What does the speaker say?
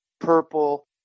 Purple